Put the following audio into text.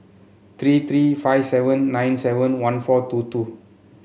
three three five seven nine seven one four two two